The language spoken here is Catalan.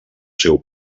seu